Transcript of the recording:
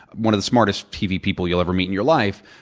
one of the smartest tv people you'll ever meet in your life,